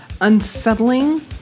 unsettling